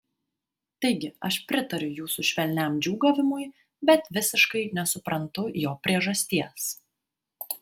taigi aš pritariu jūsų švelniam džiūgavimui bet visiškai nesuprantu jo priežasties